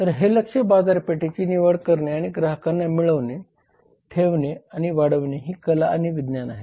तर हे लक्ष्य बाजारपेठेची निवड करणे आणि ग्राहकांना मिळविणे ठेवणे आणि वाढवणे ही कला आणि विज्ञान आहे